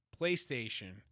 PlayStation